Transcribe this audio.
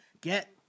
Get